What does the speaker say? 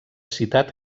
citat